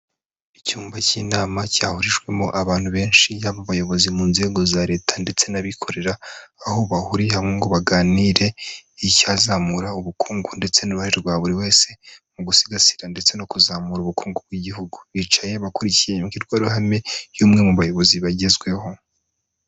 Icyumba k'inama cyahurijwemo abantu benshi, yaba bayobozi mu nzego za leta ndetse n'abikorera, aho bahuriye ngo baganire icyazamura ubukungu ndetse n'uruhare rwa buri wese mu gusigasira ndetse no kuzamura ubukungu bw'igihugu, bicaye bakurikiye imbwirwaruhame y'umwe mu bayobozi bagezweho.